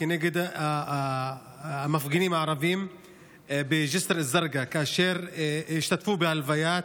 כנגד המפגינים הערבים בג'יסר א-זרקא שהשתתפו בהלוויית